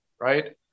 Right